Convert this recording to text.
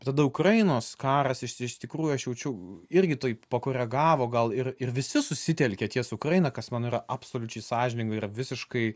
tada ukrainos karas iš iš tikrųjų aš jaučiau irgi taip pakoregavo gal ir ir visi susitelkia ties ukraina kas man yra absoliučiai sąžininga ir visiškai